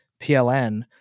PLN